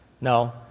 No